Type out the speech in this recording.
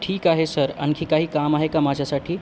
ठीक आहे सर आणखी काही काम आहे का माझ्यासाठी